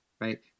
right